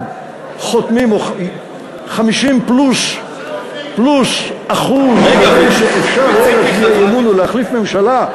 חותמים או 50% פלוס כדי שאפשר יהיה להצביע אי-אמון ולהחליף ממשלה,